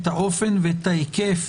את האופן ואת ההיקף